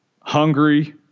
hungry